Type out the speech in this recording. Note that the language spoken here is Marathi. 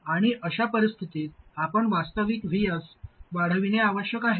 आणि अशा परिस्थितीत आपण वास्तविक Vs वाढविणे आवश्यक आहे